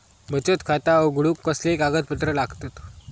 बचत खाता उघडूक कसले कागदपत्र लागतत?